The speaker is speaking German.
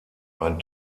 ein